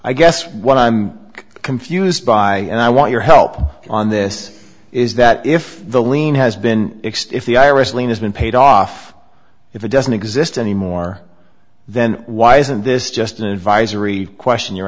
i guess what i'm confused by and i want your help on this is that if the lien has been extinct the i r s lien has been paid off if it doesn't exist anymore then why isn't this just an advisory question you're